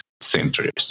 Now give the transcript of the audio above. centuries